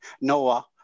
Noah